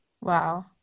Wow